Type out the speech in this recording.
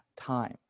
time